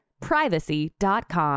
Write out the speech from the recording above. privacy.com